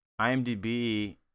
IMDb